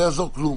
אני מדבר בשמי.